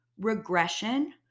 regression